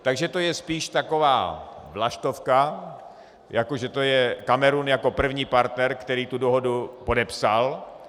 Takže to je spíše taková vlaštovka, jako že to je Kamerun jako první partner, který tu dohodu podepsal.